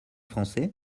français